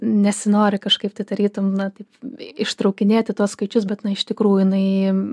nesinori kažkaip tai tarytum na taip ištraukinėti tuos skaičius bet na iš tikrųjų jinai